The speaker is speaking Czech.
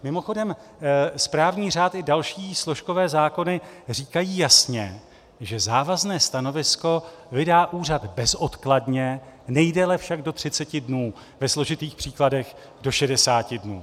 Mimochodem správní řád i další složkové zákony říkají jasně, že závazné stanovisko vydá úřad bezodkladně, nejdéle však do 30 dnů, ve složitých případech do 60 dnů.